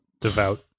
Devout